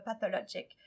pathologic